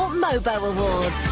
mobo awards.